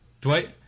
Dwight